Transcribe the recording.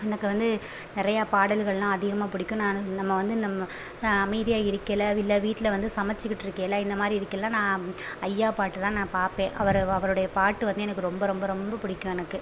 எனக்கு வந்து நிறையா பாடல்களெலாம் அதிகமாக பிடிக்கும் நானு நம்ம வந்து நம்ம அமைதியாக இருக்கயில இல்லை வீட்டில் வந்து சமச்சுக்கிட்டு இருக்கயில் இந்த மாதிரி இதுக்கெல்லாம் நான் ஐயா பாட்டு தான் நான் பார்ப்பேன் அவரை அவருடைய பாட்டு வந்து எனக்கு ரொம்ப ரொம்ப ரொம்ப பிடிக்கும் எனக்கு